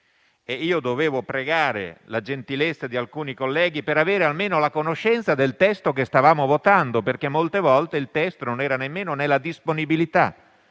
cui dovevo appellarmi alla gentilezza di alcuni colleghi per avere almeno la conoscenza del testo che stavamo votando, perché molte volte non era nemmeno nella disponibilità